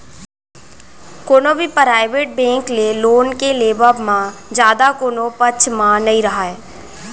कोनो भी private bank ले लोन के लेवब म जादा कोनो पक्छ म नइ राहय